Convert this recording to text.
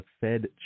Fed